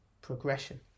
progression